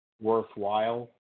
worthwhile